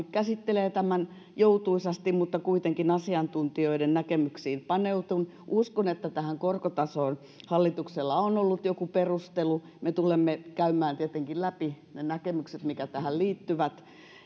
käsittelee tämän joutuisasti mutta kuitenkin asiantuntijoiden näkemyksiin paneutuen uskon että tähän korkotasoon hallituksella on ollut joku perustelu me tulemme käymään tietenkin läpi ne näkemykset mitkä tähän liittyvät